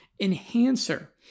enhancer